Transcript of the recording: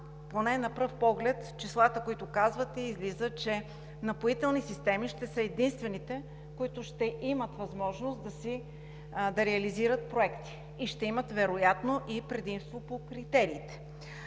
Поне на пръв поглед от числата, които казвате, излиза, че „Напоителни системи“ ще са единствените, които ще имат възможност да реализират проекти и вероятно ще имат и предимство по критериите.